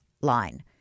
line